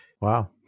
Wow